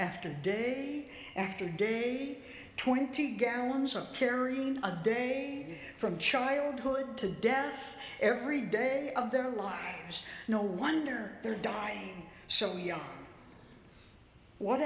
after day after day twenty gallons of carrying a day from childhood to death every day of their lives no wonder they're dying so young what